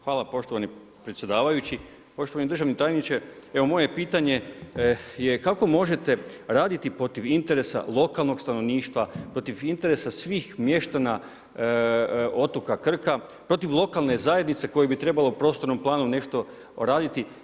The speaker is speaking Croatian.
Hvala poštovani predsjedavajući, poštovani državni tajniče, moje pitanje je kako možete raditi protiv interesa lokalnog stanovništva, protiv interesa svih mještana otoka Krka, protiv lokalne zajednice, koju bi trebalo u prostornom planu nešto raditi.